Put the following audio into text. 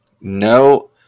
no